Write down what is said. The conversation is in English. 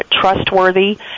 trustworthy